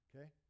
okay